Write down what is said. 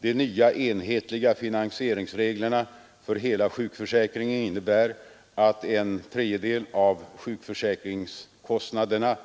De nya enhetliga finansieringsreglerna för hela sjukförsäkringen innebär att en tredjedel av sjukförsäkringskostnaderna